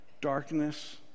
Darkness